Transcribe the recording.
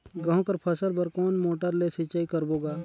गहूं कर फसल बर कोन मोटर ले सिंचाई करबो गा?